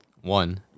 One